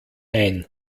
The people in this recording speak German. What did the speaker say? ein